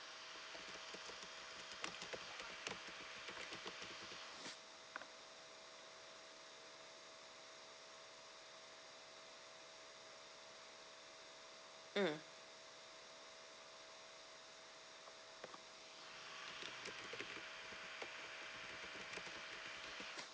mm